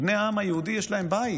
לבני העם היהודי יש בית.